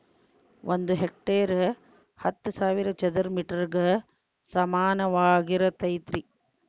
ಒಂದ ಹೆಕ್ಟೇರ್ ಹತ್ತು ಸಾವಿರ ಚದರ ಮೇಟರ್ ಗ ಸಮಾನವಾಗಿರತೈತ್ರಿ